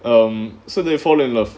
um so they fall in love